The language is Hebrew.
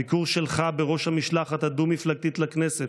הביקור שלך בראש המשלחת הדו-מפלגתית לכנסת,